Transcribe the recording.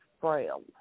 frail